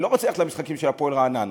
אני לא רוצה ללכת למשחקים של "הפועל רעננה".